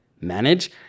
manage